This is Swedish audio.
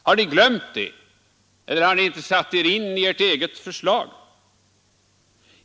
Har ni glömt det eller har ni inte satt er in i ert eget förslag?